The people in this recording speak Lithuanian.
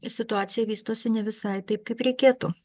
situacija vystosi ne visai taip kaip reikėtų